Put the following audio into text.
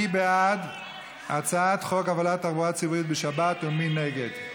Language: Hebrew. מי בעד הצעת חוק הפעלת תחבורה ציבורית בשבת ומי נגד?